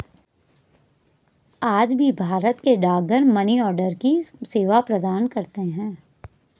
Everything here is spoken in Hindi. आज भी भारत के डाकघर मनीआर्डर की सेवा प्रदान करते है